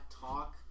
talk